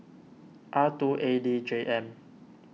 R two A D J M